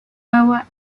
agua